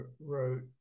wrote